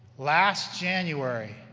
last january,